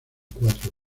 cuatro